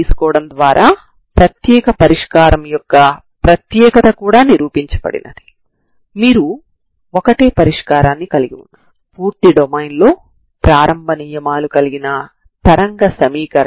కాబట్టి నేను ఈ t0 ను s గా మారిస్తే మీరు u2xt12c0txcx chst dx0 ds ను కలిగి ఉంటారు సరేనా